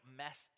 mess